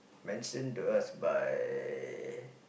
mentioned to us by